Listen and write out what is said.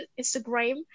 Instagram